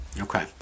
Okay